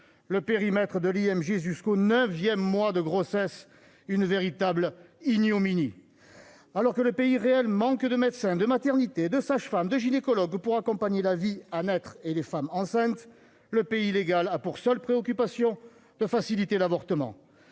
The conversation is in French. de grossesse (IMG) jusqu'au neuvième mois de grossesse- une véritable ignominie. Alors que le pays réel manque de médecins, de maternités, de sages-femmes et de gynécologues pour accompagner la vie à naître et les femmes enceintes, le pays légal a pour seule préoccupation de faciliter l'avortement.